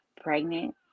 pregnant